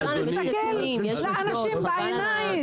תסתכל לאנשים בעיניים.